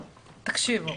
תקשיבו,